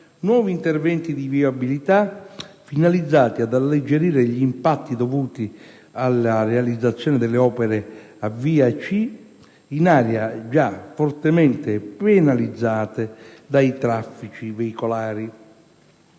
nuovi interventi di viabilità finalizzati ad alleggerire gli impatti dovuti alla realizzazione delle opere AV/AC in aree già fortemente penalizzate dai transiti veicolari.